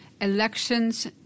Elections